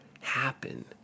happen